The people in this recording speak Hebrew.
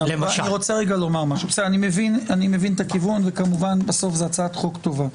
אני מבין את הכיוון ובסוף זאת הצעת חוק טובה.